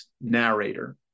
narrator